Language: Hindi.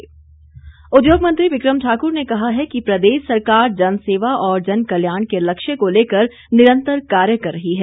बिक्रम ठाकुर उद्योग मंत्री बिक्रम ठाकुर ने कहा है कि प्रदेश सरकार जनसेवा और जनकल्याण के लक्ष्य को लेकर निरंतर कार्य कर रही है